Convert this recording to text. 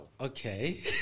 okay